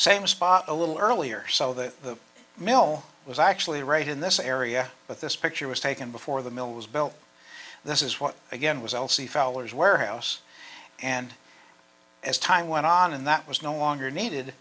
same spot a little earlier so the mill was actually right in this area but this picture was taken before the mill was built this is what again was also a feller's warehouse and as time went on and that was no longer needed